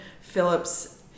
phillips